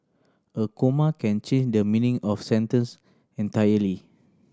a comma can change the meaning of sentence entirely